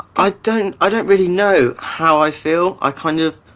i don't i don't really know how i feel. i kind of.